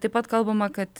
taip pat kalbama kad